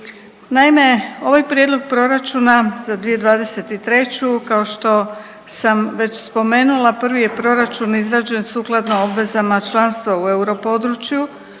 Naime, ovaj Prijedlog proračuna za 2023. kao što sam već spomenula prvi je proračun izrađen sukladno obvezama članstva u europodručju.